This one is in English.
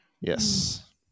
Yes